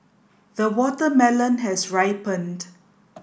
the watermelon has ripened